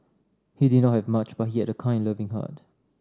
he did not have much but he had a kind and loving heart